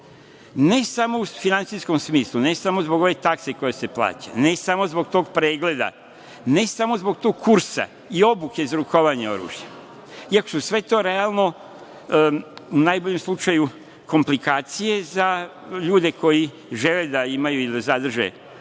ne samo u finansijskom smislu, ne samo zbog ove takse koja se plaća, ne samo zbog tog pregleda, ne samo zbog tog kursa i obuke za rukovanje oružjem, iako su sve to realno u najboljem slučaju komplikacije za ljude koji žele da imaju ili da zadrže oružje,